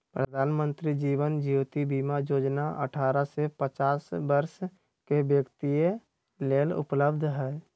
प्रधानमंत्री जीवन ज्योति बीमा जोजना अठारह से पचास वरस के व्यक्तिय लेल उपलब्ध हई